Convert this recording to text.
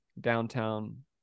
downtown